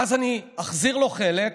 ואז אני אחזיר לו חלק,